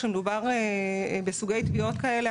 כאשר מדובר בסוגי תביעות כאלה,